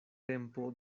tempo